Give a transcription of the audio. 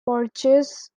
porches